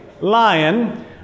lion